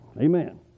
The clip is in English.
Amen